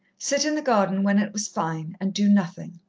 sit in the garden when it was fine, and do nothing.